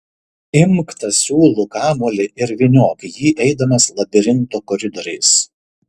imk tą siūlų kamuolį ir vyniok jį eidamas labirinto koridoriais